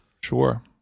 sure